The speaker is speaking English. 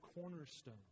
cornerstone